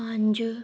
ਪੰਜ